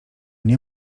nie